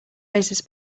razors